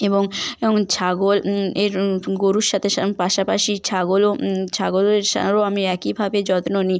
এবং ছাগল এর গরুর সাথে সা পাশাপাশি ছাগলও ছাগলের সারো আমি একইভাবে যত্ন নিই